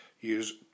use